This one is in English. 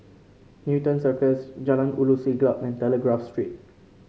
Newton Circus Jalan Ulu Siglap and Telegraph Street